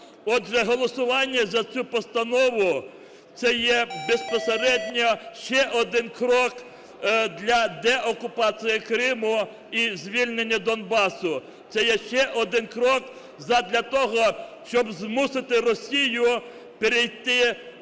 Отже, голосування за цю постанову - це є безпосередньо ще один крок для деокупації Криму і звільнення Донбасу. Це є ще один крок задля того, щоб змусити Росію перейти межі